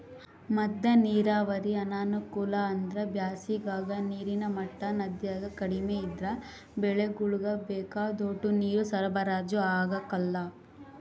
ಮದ್ದ ನೀರಾವರಿ ಅನಾನುಕೂಲ ಅಂದ್ರ ಬ್ಯಾಸಿಗಾಗ ನೀರಿನ ಮಟ್ಟ ನದ್ಯಾಗ ಕಡಿಮೆ ಇದ್ರ ಬೆಳೆಗುಳ್ಗೆ ಬೇಕಾದೋಟು ನೀರು ಸರಬರಾಜು ಆಗಕಲ್ಲ